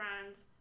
friends